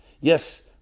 Yes